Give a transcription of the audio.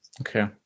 okay